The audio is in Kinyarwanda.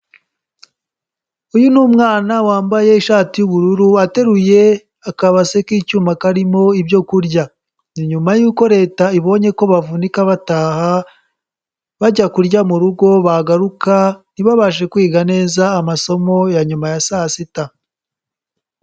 Uyu ni umwana wambaye ishati y'ubururu, ateruye akabase k'icyuma karimo ibyo kurya, nyuma y'uko Leta ibonye ko bavunika bataha bajya kurya mugo, bagaruka ntibabashe kwiga neza amasomo ya nyuma ya saa sita.